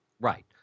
Right